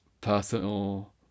personal